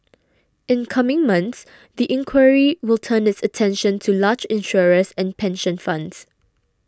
in coming months the inquiry will turn its attention to large insurers and pension funds